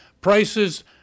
prices